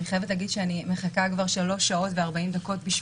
אני חייבת להגיד שאני מחכה כבר שלוש שעות ו-40 דקות כדי